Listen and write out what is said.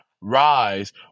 rise